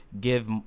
give